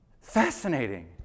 Fascinating